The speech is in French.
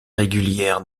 régulière